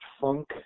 funk